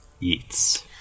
eats